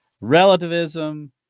relativism